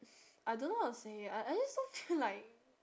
I don't know how to say I I just don't feel like